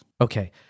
Okay